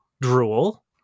drool